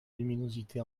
luminosité